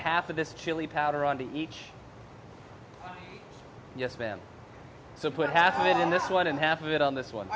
half of this chili powder on to each yes ma'am so put half of it in this one and half of it on this one